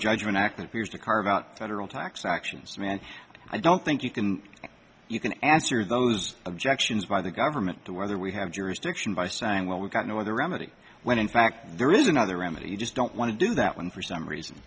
judgment act appears to carve out general tax actions man i don't think you can you can answer those objections by the government to whether we have jurisdiction by saying well we've got no other remedy when in fact there is another remedy you just don't want to do that one for some reason